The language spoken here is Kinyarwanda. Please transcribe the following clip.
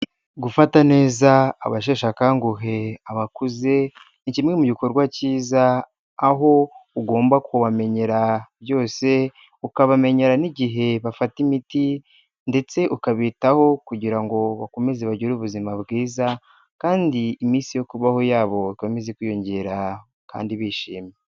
Gufata neza abasheshe akanguhe abakuze, ni kimwe mu gikorwa cyiza aho ugomba kubamenyera byose, ukabamenyera n'igihe bafata imiti ndetse ukabitaho kugira ngo bakomeze bagire ubuzima bwiza kandi iminsi yo kubaho yabo ikomeze kwiyongera kandi bishimye.